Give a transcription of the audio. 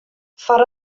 foar